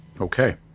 Okay